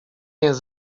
jest